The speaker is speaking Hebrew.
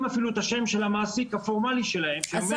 אפילו את השם של המעסיק הפורמלי שלהם --- אסף,